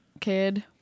kid